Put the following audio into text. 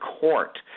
court